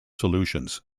solutions